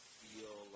feel